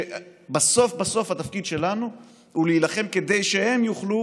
בסוף בסוף, התפקיד שלנו הוא להילחם כדי שהם יוכלו